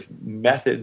methods